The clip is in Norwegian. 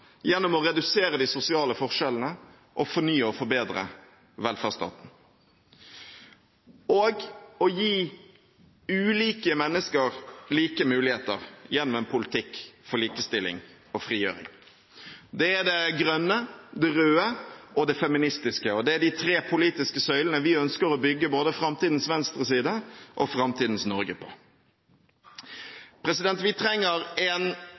gjennom å redusere de sosiale forskjellene og fornye og forbedre velferdsstaten å gi ulike mennesker like muligheter gjennom en politikk for likestilling og frigjøring Det er det grønne, det røde og det feministiske. Det er de tre politiske søylene vi ønsker å bygge både framtidens venstreside og framtidens Norge på. Vi trenger en